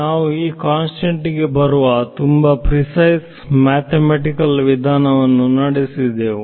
ನಾವು ಈ ಕನ್ಸ್ತ್ರೈಂಟ್ ಗೆ ಬರುವ ತುಂಬಾ ಪ್ರೀಸಸ್ ಮ್ಯಾಥಮೆಟಿಕಲ್ ವಿಧಾನವನ್ನು ನಡೆಸಿದೆವು